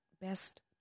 best